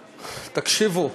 תקשיבו: